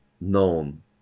known